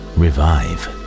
revive